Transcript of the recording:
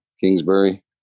Kingsbury